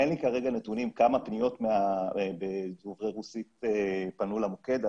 אין לי כרגע נתונים כמה פניות של דוברי רוסית פנו למוקד,